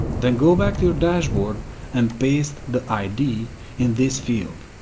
then go back to your dashboard and paste the id in this field.